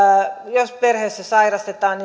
jos perheessä sairastetaan